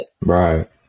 Right